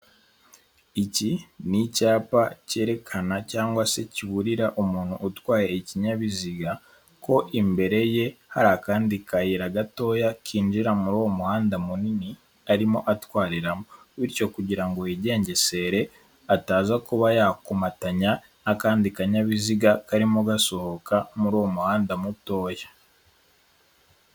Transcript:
Iki ni icyapa kerekana cgangwa se kiburira umuntu utwaye ikinyabiziga, ko imbere ye hari akandi kayira gatoya kinjira muri uwo muhanda munini arimo atwariramo, bityo kugirango yigengesere ataza kuba yakomatanya n'akandi kanyabiziga karimo gasohoka muri uwo muhanda mutoya.